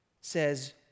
says